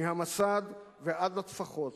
מהמסד ועד לטפחות,